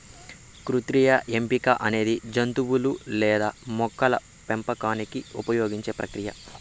కృత్రిమ ఎంపిక అనేది జంతువులు లేదా మొక్కల పెంపకానికి ఉపయోగించే ప్రక్రియ